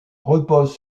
repose